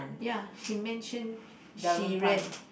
ya he mention she ran